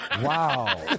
wow